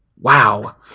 Wow